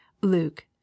Luke